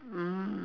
mm